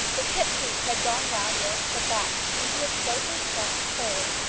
the hip-pleats had gone round more to the back into a closely pressed fold,